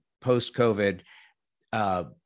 post-COVID